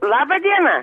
laba diena